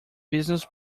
business